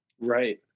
Right